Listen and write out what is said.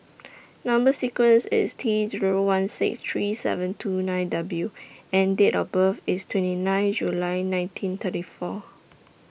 Number sequence IS T Zero one six three seven two nine W and Date of birth IS twenty nine July nineteen thirty four